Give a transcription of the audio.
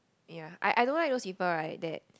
ya I I don't like those people right that